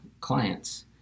clients